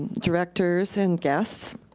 directors and guests.